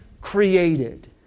created